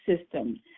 system